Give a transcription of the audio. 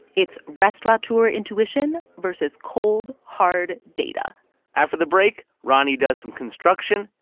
it's restaurateur intuition versus cold, hard data after the break, roni does some construction,